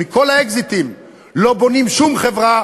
אם מכל האקזיטים לא בונים שום חברה,